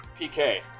PK